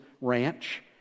ranch